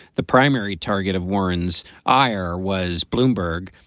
the primary target of warren's ire was bloomberg.